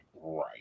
Right